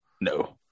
No